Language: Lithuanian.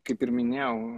kaip ir minėjau